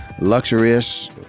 Luxurious